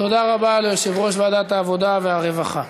תודה רבה ליושב-ראש ועדת העבודה והרווחה.